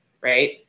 right